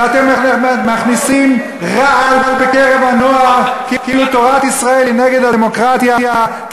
ואתם מכניסים רעל בקרב הנוער כאילו תורת ישראל היא נגד הדמוקרטיה,